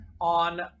on